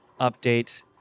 update